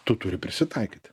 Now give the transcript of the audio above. tu turi prisitaikyti